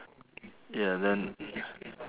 ya then